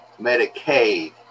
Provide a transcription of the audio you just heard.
Medicaid